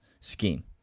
scheme